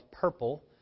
purple